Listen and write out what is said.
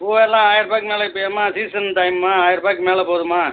பூவெல்லாம் ஆயிரரூபாக்கி மேலே இப்போ அம்மா சீசன் டைம்மா ஆயிரரூபாக்கி மேலே போதும்மா